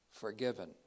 forgiven